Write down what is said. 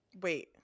wait